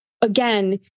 again